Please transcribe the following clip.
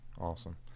awesome